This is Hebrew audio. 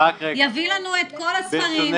יביא לנו את כל הספרים,